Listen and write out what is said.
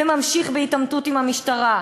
וממשיך בהתעמתות עם המשטרה.